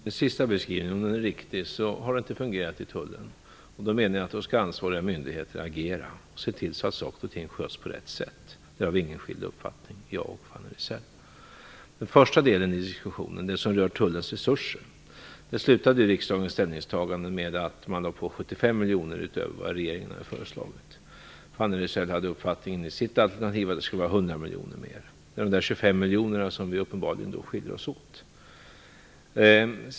Fru talman! Om det sista är en riktig beskrivning har det inte fungerat i tullen. Då skall ansvariga myndigheter agera och se till att saker och ting sköts på rätt sätt. Där har vi ingen skild uppfattning, jag och Vad gäller den första delen av diskussionen, den som rör tullens resurser, slutade med riksdagens ställningstagande att tullen får 75 miljoner utöver vad regeringen hade föreslagit. Fanny Rizell hade i sitt alternativ uppfattningen att tullen skulle få 100 miljoner mer. Det är dessa 25 miljoner som skiljer oss åt.